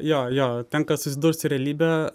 jo jo tenka susidurt su realybe